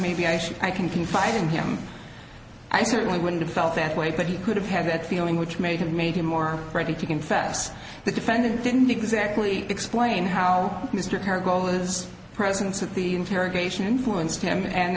maybe i should i can confide in him i certainly wouldn't have felt that way but he could have had that feeling which may have made him more ready to confess the defendant didn't exactly explain how mr karr goal